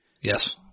Yes